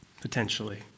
potentially